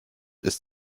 ist